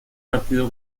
partido